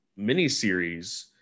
miniseries